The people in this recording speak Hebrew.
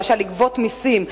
למשל לגבות מסים,